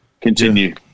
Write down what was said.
Continue